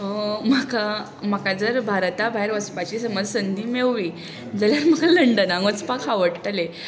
म्हाका म्हाका जर भारता भायर वचपाची समज संदी मेळ्ळी जाल्यार म्हाका लंडनाक वचपाक आवडटलें